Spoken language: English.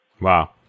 Wow